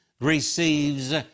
receives